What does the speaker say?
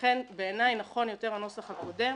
לכן בעיני נכון יותר הנוסח הקודם,